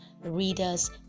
Reader's